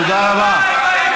תודה רבה.